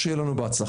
שיהיה לנו בהצלחה.